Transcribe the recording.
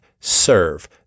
serve